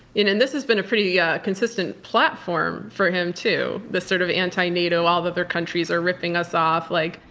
and this has been a pretty yeah consistent platform for him, too, this sort of anti-nato, all the other countries are ripping us off. like